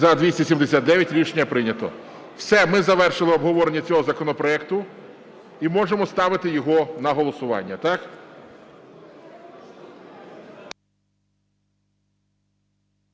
За-279 Рішення прийнято. Все, ми завершили обговорення цього законопроекту і можемо ставити його на голосування.